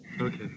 Okay